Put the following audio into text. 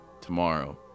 tomorrow